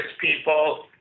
people